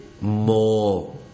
more